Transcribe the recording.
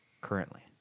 currently